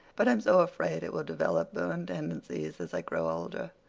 but i'm so afraid it will develop byrne tendencies as i grow older.